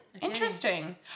Interesting